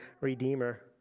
redeemer